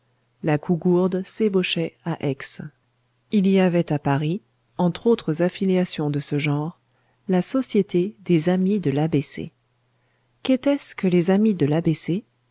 la cougourde s'ébauchait à aix il y avait à paris entre autres affiliations de ce genre la société des amis de l'a b c qu'était-ce que les amis de l'a